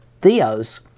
theos